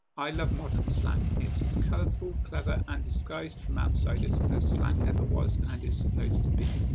i love modern slang. it's as colourful, clever, and disguised from outsiders as slang ever was and is supposed to be.